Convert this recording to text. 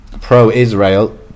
pro-Israel